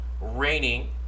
raining